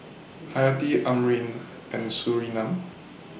Hayati Amrin and Surinam